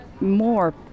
more